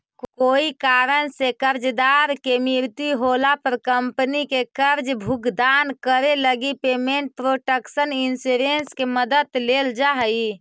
कोई कारण से कर्जदार के मृत्यु होला पर कंपनी के कर्ज भुगतान करे लगी पेमेंट प्रोटक्शन इंश्योरेंस के मदद लेल जा हइ